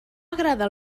agrada